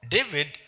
David